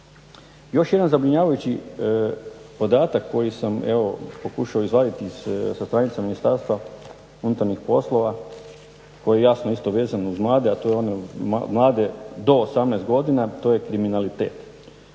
Još jedan zabrinjavajući podatak koji sam evo pokušao izvaditi sa stranica Ministarstva unutarnjih poslova koji je jasno isto vezan uz mlade, mlade do 18 godina, to je kriminalitet.